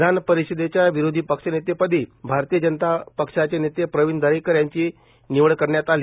विधानपरिषदेच्या विरोधी पक्ष नेतेपदी भारतीय जनता पार्टीचे नेते प्रवीण दरेकर यांची निवड करण्यात आली